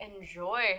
enjoy